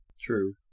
True